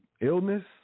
illness